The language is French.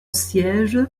siège